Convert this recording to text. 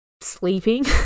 sleeping